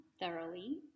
thoroughly